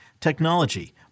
technology